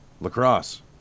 Lacrosse